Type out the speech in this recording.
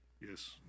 Yes